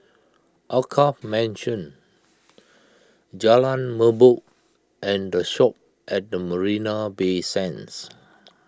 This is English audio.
Alkaff Mansion Jalan Merbok and the Shoppes at Marina Bay Sands